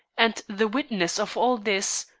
and the witness of all this,